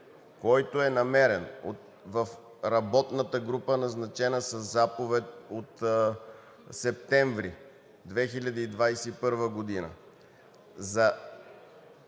който е намерен в работната група, назначена със заповед от септември 2021 г., за